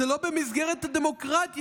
זה לא במסגרת הדמוקרטיה,